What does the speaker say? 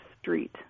Street